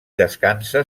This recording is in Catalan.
descansa